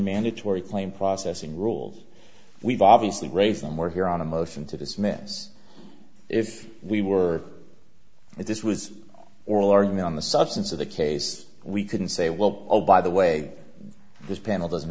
mandatory claims processing rules we've obviously raised them we're here on a motion to dismiss if we were if this was oral argument on the substance of the case we couldn't say well oh by the way this panel doesn't